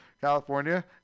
California